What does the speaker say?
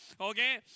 Okay